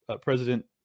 President